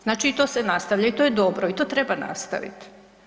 Znači i to se nastavlja i to je dobro i to treba nastaviti.